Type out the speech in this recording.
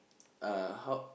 uh how